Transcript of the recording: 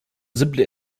simple